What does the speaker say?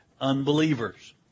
unbelievers